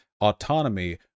autonomy